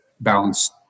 balance